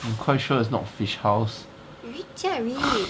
I'm quite sure it's not fish house